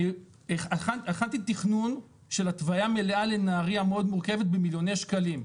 אני הנתי תכנון של התוויה לנהריה מאוד מורכבת במיליוני שקלים,